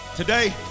Today